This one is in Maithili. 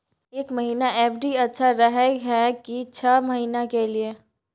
एक महीना एफ.डी अच्छा रहय हय की छः महीना के लिए?